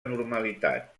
normalitat